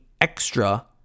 extra